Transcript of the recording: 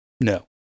no